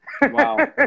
Wow